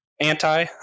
anti